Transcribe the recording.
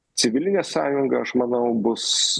civilinė sąjunga aš manau bus